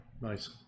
nice